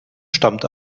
stammt